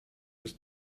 was